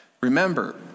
remember